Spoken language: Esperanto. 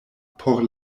por